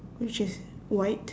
which is white